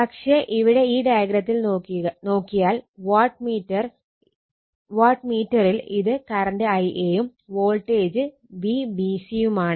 പക്ഷെ ഇവിടെ ഈ ഡയഗ്രത്തിൽ നോക്കിയാൽ വാട്ട് മീറ്ററിൽ ഇത് കറണ്ട് Ia യും വോൾട്ടേജ് Vbc യുമാണ്